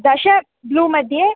दश ब्लू मध्ये